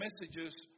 messages